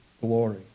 glory